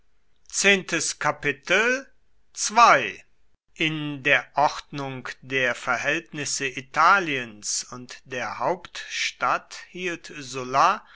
in der ordnung der verhältnisse italiens und der hauptstadt hielt sulla